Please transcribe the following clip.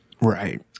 Right